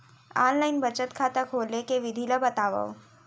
Online बचत खाता खोले के विधि ला बतावव?